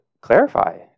clarify